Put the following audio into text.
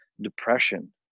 depression